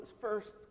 first